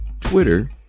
twitter